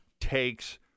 takes